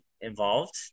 involved